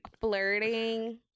flirting